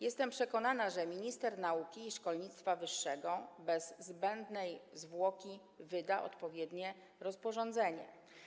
Jestem przekonana, że minister nauki i szkolnictwa wyższego bez zbędnej zwłoki wyda odpowiednie rozporządzenie.